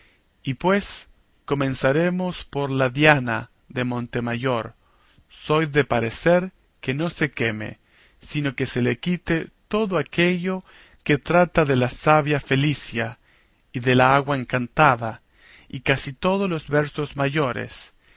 y pues comenzamos por la diana de montemayor soy de parecer que no se queme sino que se le quite todo aquello que trata de la sabia felicia y de la agua encantada y casi todos los versos mayores